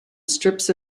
strips